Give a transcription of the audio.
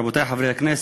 רבותי חברי הכנסת,